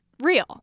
real